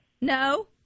No